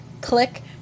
click